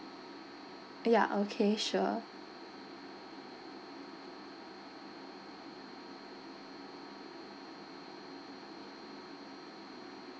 ya okay sure